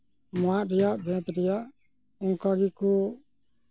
ᱢᱟᱫ ᱨᱮᱭᱟᱜ ᱵᱮᱛ ᱨᱮᱭᱟ ᱚᱱᱠᱟ ᱜᱮᱠᱚ